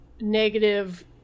negative